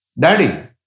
Daddy